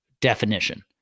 definition